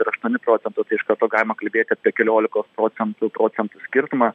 tai yra aštuoni procento tai iš karto galima kalbėti apie keliolikos procentų procentų skirtumą